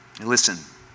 Listen